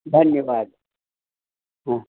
धन्यवाद हाँ